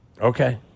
Okay